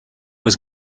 was